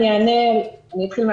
אני אתחיל מהסוף,